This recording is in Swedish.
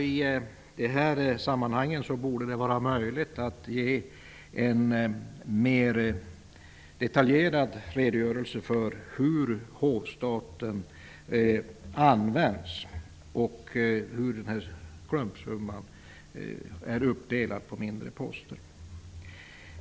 I de här sammanhangen borde det vara möjligt att ge en mera detaljerad redogörelse för hur anslaget till hovstaten används och för hur den här klumpsumman är uppdelad i mindre poster.